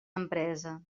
empresa